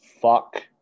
fuck